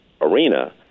arena